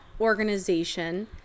organization –